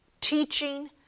teaching